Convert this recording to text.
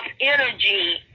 energy